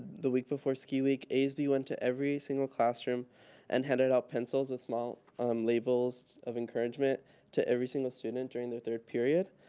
the week before ski week asb went to every single classroom and handed out pencils with small um labels of encouragement to every single student during their third period.